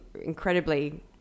incredibly